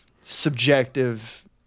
subjective